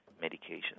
medication